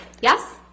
Yes